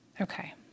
Okay